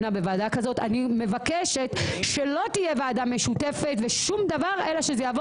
הם רוצים את הוועדה המשותפת עם חבר הכנסת רוטמן שהוא יושב ראש ועדת חוקה